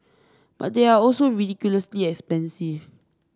but they are also ridiculously expensive